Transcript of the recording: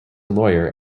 lawyer